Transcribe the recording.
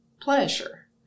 pleasure